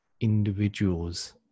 individuals